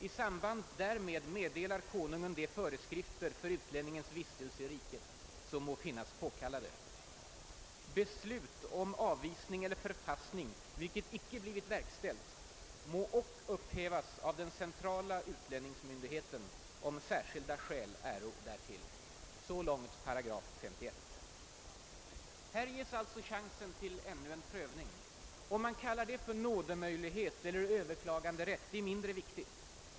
I samband därmed meddelar Konungen de föreskrifter för utlänningens vistelse i riket, som må finnas påkallade. Här ges alltså chansen till ännu en prövning. Om man kallar den nådemöjlighet eller överklaganderätt är mindre viktigt.